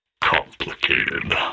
complicated